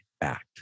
act